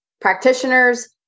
practitioners